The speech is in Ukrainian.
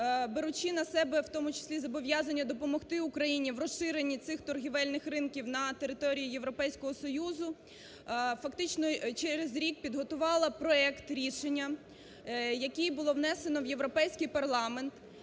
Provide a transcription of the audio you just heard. беручи на себе, в тому числі, зобов'язання допомогти Україні в розширенні цих торгівельних ринків на території Європейського Союзу, фактично через рік підготувала проект рішення, який було внесено в Європейський парламент,